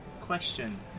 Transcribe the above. question